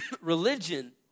religion